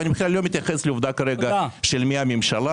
ואני בכלל לא מתייחס לעובדה כרגע של מי הממשלה.